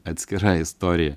atskira istorija